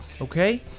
okay